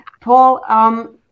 Paul